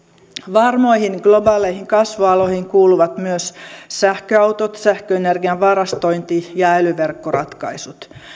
varmoihin globaaleihin kasvualoihin kuuluvat myös sähköautot sähköenergian varastointi ja älyverkkoratkaisut